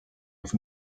with